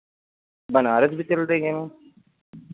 बनारस भी चल देंगे मैम